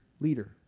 leader